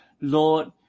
Lord